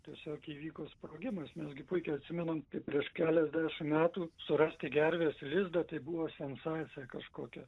tiesiog įvyko sprogimas mes gi puikiai atsimenam kaip prieš keliasdešim metų surasti gervės lizdą tai buvo sensacija kažkokia